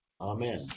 Amen